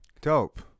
Dope